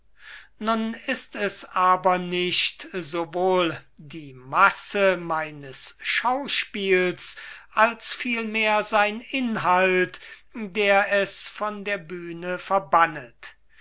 nun ist es aber nicht sowohl die masse meines schauspiels als vielmehr sein inhalt der es von der bühne verbannet